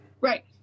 Right